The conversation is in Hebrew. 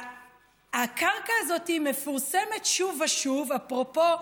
הקרקע הזאת מפורסמת שוב ושוב, אפרופו,